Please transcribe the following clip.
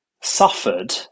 suffered